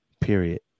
Period